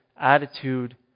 attitude